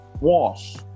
wash